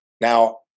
Now